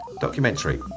Documentary